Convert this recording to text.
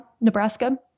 Nebraska